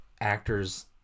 actors